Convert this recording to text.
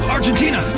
Argentina